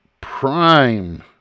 prime